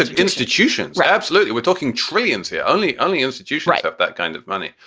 ah institutions. absolutely. we're talking trillions here. only only institutions of that kind of money.